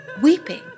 weeping